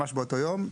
ממש באותו יום,